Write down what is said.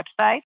website